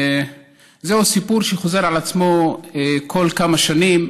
זהו סיפור שחוזר על עצמו כל כמה שנים.